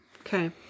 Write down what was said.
Okay